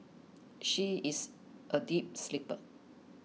she is a deep sleeper